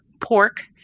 pork